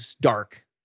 dark